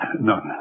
None